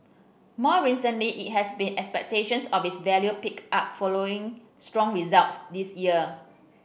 more recently it has seen expectations of its value pick up following strong results this year